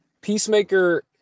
Peacemaker